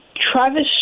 Travis